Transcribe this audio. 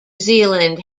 zealand